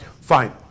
fine